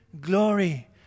glory